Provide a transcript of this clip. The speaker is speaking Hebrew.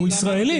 הוא ישראלי.